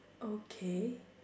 okay